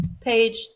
Page